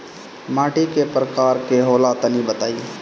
माटी कै प्रकार के होला तनि बताई?